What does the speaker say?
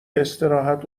استراحت